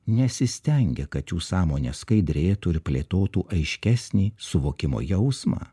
nesistengia kad jų sąmonė skaidrėtų ir plėtotų aiškesnį suvokimo jausmą